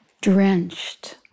drenched